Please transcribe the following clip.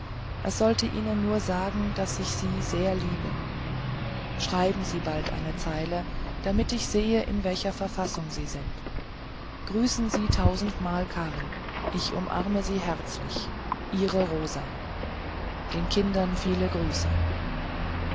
es sollte ihnen nur sagen daß ich sie sehr liebe schreiben sie bald eine zeile damit ich sehe in welcher verfassung sie sind grüßen sie tausendmal karl ich umarme sie herzlichst ihre rosa den kindern viele grüße